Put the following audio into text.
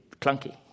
clunky